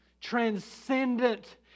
transcendent